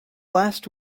last